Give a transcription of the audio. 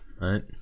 right